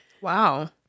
Wow